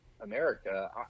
America